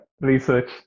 research